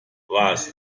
was